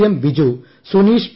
M Biju Suneesh P